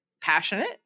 passionate